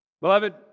Beloved